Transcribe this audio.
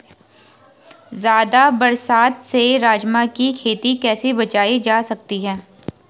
ज़्यादा बरसात से राजमा की खेती कैसी बचायी जा सकती है?